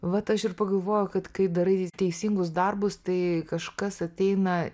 vat aš ir pagalvojau kad kai darai teisingus darbus tai kažkas ateina